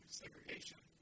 segregation